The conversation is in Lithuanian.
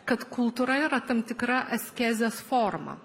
kad kultūra yra tam tikra askezės forma